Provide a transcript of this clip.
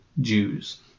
Jews